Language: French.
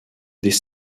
des